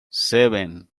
seven